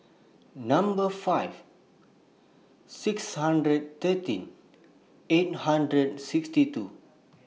Number five six hundred thirteen eight hundred sixty two